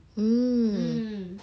mm